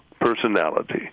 personality